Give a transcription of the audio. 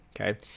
okay